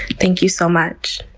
thank you so much.